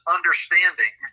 Understanding